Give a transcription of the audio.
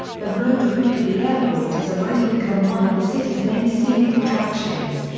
the road route to the airport has already become one of the city's main scenic attractions.